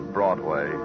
Broadway